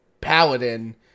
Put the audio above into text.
Paladin